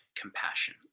compassion